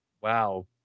wow